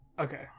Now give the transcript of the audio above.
Okay